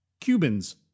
Cubans